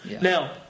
Now